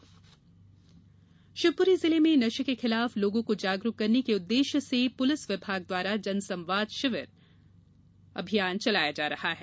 जनसंवाद शिवपुरी जिले में नशे के खिलाफ लोगों को जागरुक करने के उद्देश्य से पुलिस विभाग द्वारा जनसंवाद अभियान चलाया जा रहा है